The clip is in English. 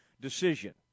decision